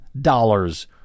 dollars